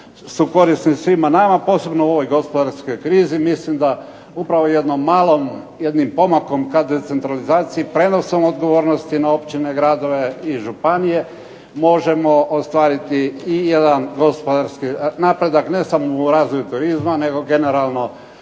su korisni svima nama, posebno u ovoj gospodarskoj krizi. Mislim da upravo jednim malim pomakom ka decentralizaciji, prijenosom odgovornosti na općine, gradove i županije možemo ostvariti i jedan gospodarski napredak, ne samo u razvoju turizma, nego generalno